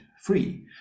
free